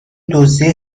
دزدی